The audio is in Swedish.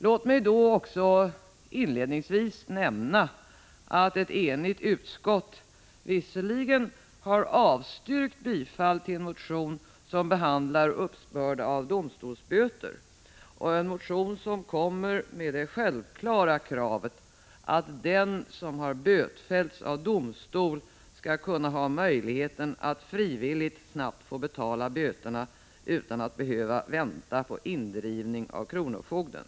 Låt mig också inledningsvis nämna att ett enigt utskott visserligen har avstyrkt bifall till en motion som behandlar uppbörd av domstolsböter och som kommer med det självklara kravet att den som har bötfällts av domstol skall ha möjlighet att frivilligt snabbt få betala böterna utan att behöva vänta på indrivning av kronofogden.